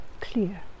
clear